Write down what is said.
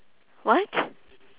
what